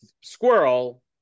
squirrel